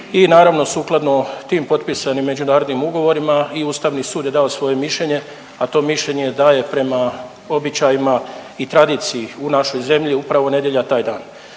naravno sukladno tim potpisanim međunarodnim ugovorima i Ustavni sud je dao svoje mišljenje, a to mišljenje daje prama običajima i tradiciji u našoj zemlji upravo nedjelja taj dan.